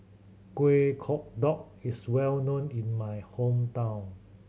Kueh Kodok is well known in my hometown